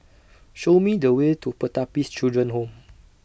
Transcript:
Show Me The Way to Pertapis Children Home